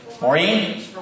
Maureen